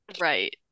Right